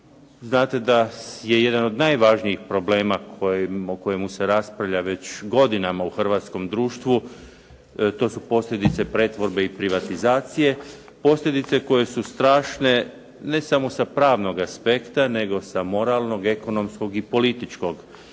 znate da je jedan od najvažnijih problema o kojemu se raspravlja već godinama u hrvatskom društvu to su posljedice pretvorbe i privatizacije. Posljedice koje su strašne ne samo sa pravnog aspekta nego sa moralnog, ekonomskog i političkog.